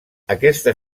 aquesta